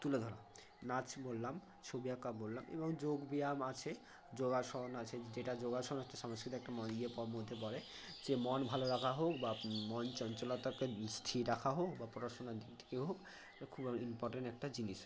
তুলে ধরা নাচ বললাম ছবি আঁকা বললাম এবং যোগ ব্যায়াম আছে যোগাসন আছে যেটা যোগাসন হচ্ছে সাংস্কৃতিক একটা মন ইয়ের মধ্যে পড়ে যে মন ভালো রাখা হোক বা মন চঞ্চলতাকে স্থির রাখা হোক বা পড়াশোনার দিক থেকে হোক বা খুব ইম্পর্ট্যান্ট একটা জিনিস